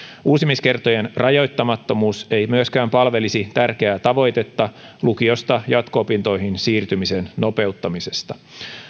uusimiskertojen rajoittamattomuus ei myöskään palvelisi tärkeää tavoitetta lukiosta jatko opintoihin siirtymisen nopeuttamisesta